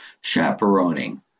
chaperoning